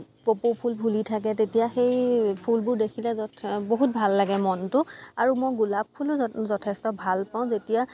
কপৌ ফুল ফুলি থাকে তেতিয়া সেই ফুলবোৰ দেখিলে যথে বহুত ভাল লাগে মনটো আৰু মই গোলাপ ফুলো য যথেষ্ট ভাল পাঁও যেতিয়া